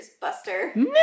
buster